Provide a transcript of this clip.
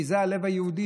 כי זה הלב היהודי,